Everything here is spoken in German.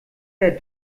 der